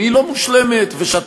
ואני,